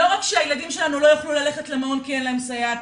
לא רק שהילדים שלנו לא יוכלו ללכת למעון כי אין להם סייעת,